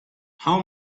how